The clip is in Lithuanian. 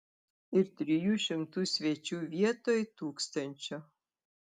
ir trijų šimtų svečių vietoj tūkstančio